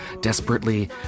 desperately